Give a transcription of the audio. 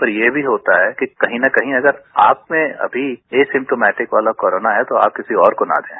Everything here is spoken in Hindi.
पर ये भी होता है कि कहीं न कहीं अगर आप में अभी ए सिम्प्टोमैटिक वाला कोरोना है तो आप किसी और को न दें